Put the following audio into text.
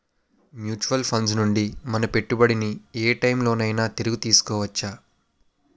Mutual funds నుండి మన పెట్టుబడిని ఏ టైం లోనైనా తిరిగి తీసుకోవచ్చా?